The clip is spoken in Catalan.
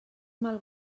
mal